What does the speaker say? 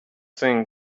thing